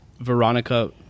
Veronica